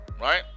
Right